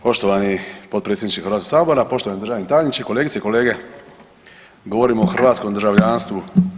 Poštovani potpredsjedniče Hrvatskog sabora, poštovani državni tajniče, kolegice i kolege govorimo o hrvatskom državljanstvu.